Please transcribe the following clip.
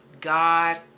God